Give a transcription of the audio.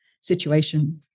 situation